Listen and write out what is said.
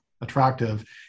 attractive